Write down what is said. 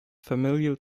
familial